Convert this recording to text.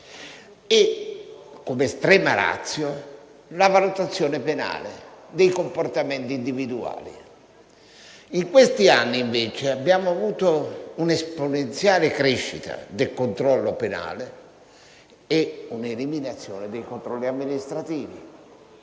e, come *extrema ratio*, sulla valutazione penale dei comportamenti individuali. In questi anni, invece, abbiamo avuto un'esponenziale crescita del controllo penale e un'eliminazione dei controlli amministrativi.